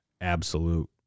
absolute